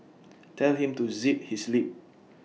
tell him to zip his lip